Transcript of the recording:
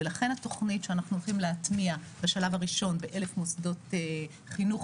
ולכן התוכנית שאנחנו הולכים להטמיע בשלב הראשון ב-1,000 מוסדות חינוך,